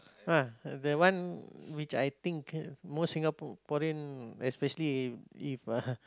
ah that one which I think most Singaporean especially if if ah